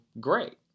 great